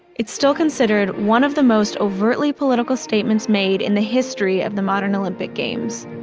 it's still considered one of the most overtly political statements made in the history of the modern olympic games